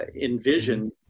Envision